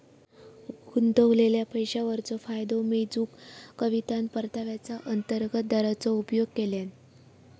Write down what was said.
गुंतवलेल्या पैशावरचो फायदो मेजूक कवितान परताव्याचा अंतर्गत दराचो उपयोग केल्यान